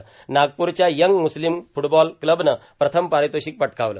यात नागपूरच्या Young Muslim Football क्लबनं प्रथम पर्रारतोोषक पटकाावला